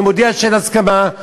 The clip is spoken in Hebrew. אני מודיע שאין הסכמה.